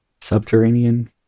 subterranean